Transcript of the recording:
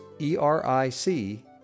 E-R-I-C